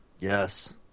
Yes